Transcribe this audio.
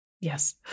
Yes